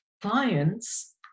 clients